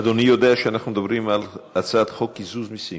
אדוני יודע שאנחנו מדברים על הצעת חוק קיזוז מסים?